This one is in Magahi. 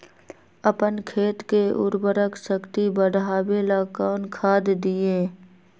अपन खेत के उर्वरक शक्ति बढावेला कौन खाद दीये?